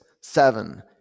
seven